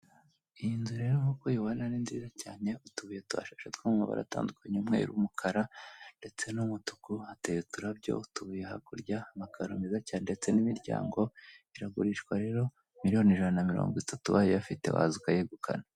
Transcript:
Iyi nzu rero nk'uko ubibone ni nziza cyane utubuye tubashasha tw'amabara atandukanye umweru n'umukara ndetse n'umutuku hateye uturabyo utubuye hakurya amakaro meza cyane ndetse n'imiryango iragurishwa rero miliyoni ijana na mirongo itatu. Ubaye uyafite waza ukayegukana.